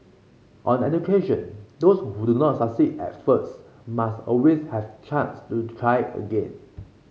on education those who do not succeed at first must always have chance to try again